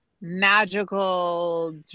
magical